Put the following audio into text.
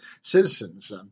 citizens